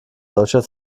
solcher